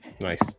nice